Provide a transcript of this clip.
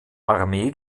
armee